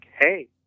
hey